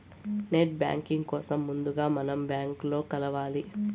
net banking కోసం ముందుగా మనం బ్యాంకులో కలవాలి